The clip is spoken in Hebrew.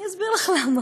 אני אסביר לך למה.